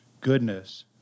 goodness